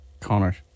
Connor